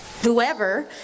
whoever